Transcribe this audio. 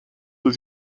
was